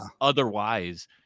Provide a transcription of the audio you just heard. otherwise